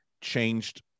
changed